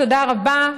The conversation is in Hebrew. תודה רבה,